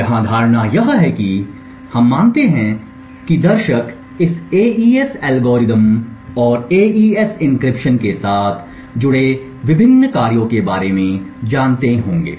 यहाँ धारणा यह है कि दर्शक इस एईएस एल्गोरिथ्म और एईएस एन्क्रिप्शन के साथ जुड़े विभिन्न कार्यों के बारे में जानते हैं